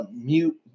mute